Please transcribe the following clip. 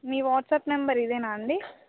మీ WhatsApp number ఇదేనా అండి